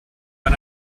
but